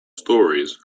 stories